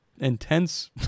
intense